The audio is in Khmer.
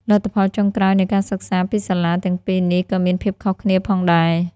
លទ្ធផលចុងក្រោយនៃការសិក្សាពីសាលាទាំងពីរនេះក៏មានភាពខុសគ្នាផងដែរ។